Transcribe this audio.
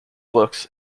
looks